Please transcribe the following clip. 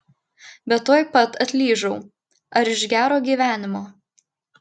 bet tuoj pat atlyžau ar iš gero gyvenimo